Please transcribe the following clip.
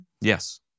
Yes